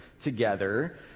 together